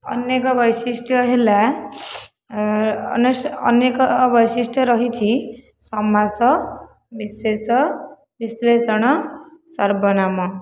ଅନ୍ୟ ଏକ ବୈଶିଷ୍ଟ ହେଲା ଅନେକ ବୈଶିଷ୍ଟ ରହିଛି ସମାଷ ବିଶେଷ ବିଶ୍ଲେଷଣ ସର୍ବନାମ